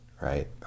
right